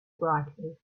brightly